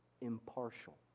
impartial